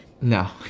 No